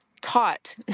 taught